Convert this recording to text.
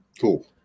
Cool